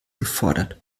gefordert